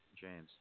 James